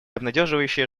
обнадеживающие